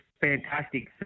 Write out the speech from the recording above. fantastic